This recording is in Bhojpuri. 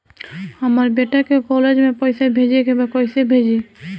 हमर बेटा के कॉलेज में पैसा भेजे के बा कइसे भेजी?